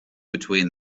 between